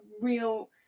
real